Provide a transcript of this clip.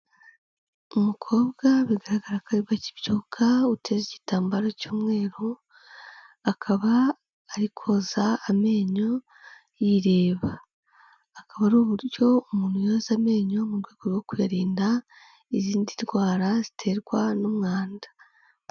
Umukobwa bigaragara ko aribwo akibyuka, uteze igitambaro cy'umweru, akaba ari koza amenyo yireba, akaba ari uburyo umuntu yoza amenyo mu rwego rwo kuyarinda izindi ndwara ziterwa n'umwanda.